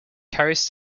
carries